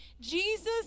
Jesus